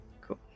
Cool